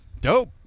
dope